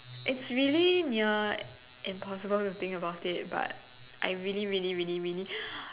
it's really near impossible to think about it but I really really really really